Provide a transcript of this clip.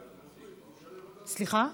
סליחה,